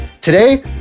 Today